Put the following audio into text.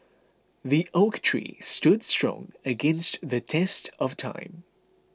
the oak tree stood strong against the test of time